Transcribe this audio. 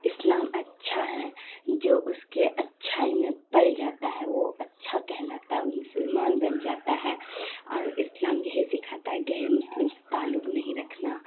اسلام اچھا ہے جو اس کے اچھائی میں پل جاتا ہے وہ اچھا کہلاتا ہے اور وہ مسلمان بن جاتا ہے اور اسلام یہی سکھاتا ہے غیر مسلم سے تعلق نہیں رکھنا